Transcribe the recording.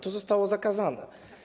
To zostało zakazane.